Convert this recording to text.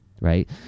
Right